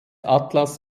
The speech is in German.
atlas